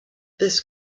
this